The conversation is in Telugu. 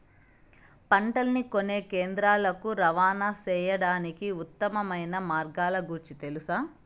పంటలని కొనే కేంద్రాలు కు రవాణా సేయడానికి ఉత్తమమైన మార్గాల గురించి తెలుసా?